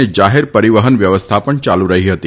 અને જાહેર પરિવહન વ્યવસ્થા પણ ચાલુ રહી હતી